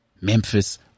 Memphis